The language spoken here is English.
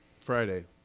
Friday